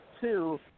two